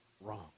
wrong